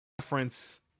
reference